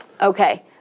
Okay